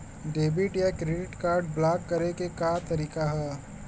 Debit या credit card block करे के का तरीका ह?